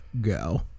go